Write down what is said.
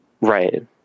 Right